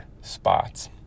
spots